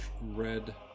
red